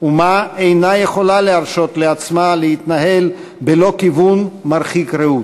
אומה אינה יכולה להרשות לעצמה להתנהל ללא כיוון מרחיק ראות.